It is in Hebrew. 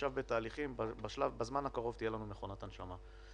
עכשיו בתהליכים אבל בזמן הקרוב תהיה לנו מכונת הנשמה.